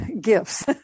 gifts